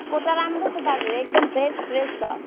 पोटा राम्रो छ दाजु एकदम फ्रेस फ्रेस छ